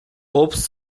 obst